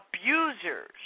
abusers